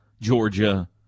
Georgia